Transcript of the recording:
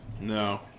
No